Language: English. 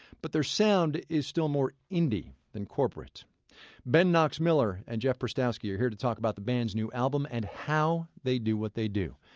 but their sound is still more indie than corporate ben knox miller and jeff prystowsky are here to talk about the band's new album and how they do what they do.